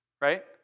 right